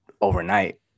overnight